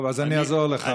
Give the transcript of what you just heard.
אני, טוב, אז אני אעזור לך.